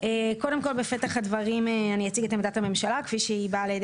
קודם כל בפתח הדברים אני אציג את עמדת הממשלה כפי שהיא באה לידי